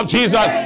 Jesus